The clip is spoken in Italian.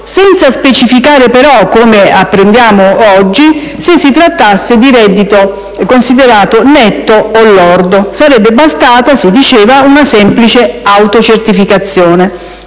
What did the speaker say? senza specificare però, come apprendiamo oggi, se si trattasse di reddito netto o lordo. Sarebbe bastata - si diceva - una semplice autocertificazione.